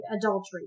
adultery